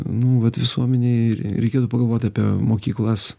nu vat visuomenei reikėtų pagalvot apie mokyklas